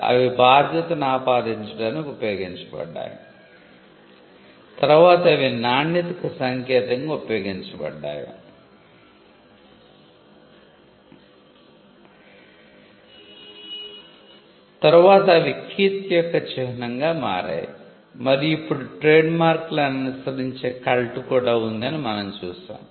అవి బాధ్యతను ఆపాదించడానికి ఉపయోగించబడ్డాయి తరువాత అవి నాణ్యతకు సంకేతంగా ఉపయోగించబడ్డాయి తరువాత అవి కీర్తి యొక్క చిహ్నంగా మారాయి మరియు ఇప్పుడు ట్రేడ్ మార్కులను అనుసరించే కల్ట్ కూడా ఉంది అని మనం చూశాము